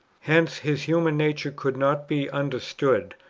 hence his human nature could not be understood,